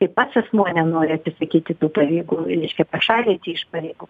kai pats asmuo nenori atsisakyti tų pareigų ir reiškia pašalinti iš pareigų